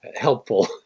helpful